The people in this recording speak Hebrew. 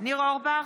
ניר אורבך,